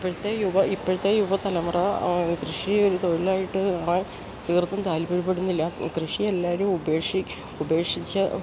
ഇപ്പഴത്തെ യുവ ഇപ്പഴത്തെ യുവ തലമുറ കൃഷി ഒരു തൊഴിലായിട്ട് ആവാൻ തീർത്തും താൽപ്പര്യപ്പെടുന്നില്ല കൃഷി എല്ലാവരും ഉപേക്ഷിച്ച്